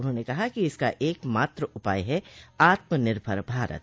उन्होंने कहा कि इसका एकमात्र उपाय है आत्मनिर्भर भारत